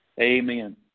Amen